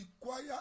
Require